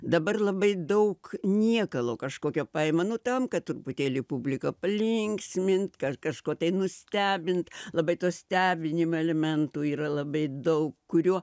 dabar labai daug niekalo kažkokio paima nu tam kad truputėlį publiką palinksmint kad kažko nustebint labai to stebinimo elementų yra labai daug kurių